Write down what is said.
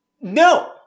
no